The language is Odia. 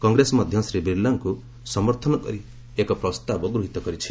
କଂଗ୍ରେସ ମଧ୍ୟ ଶ୍ରୀ ବିର୍ଲାଙ୍କୁ ସମର୍ଥନ କରି ଏକ ପ୍ରସ୍ତାବ ଗୃହୀତ କରିଛି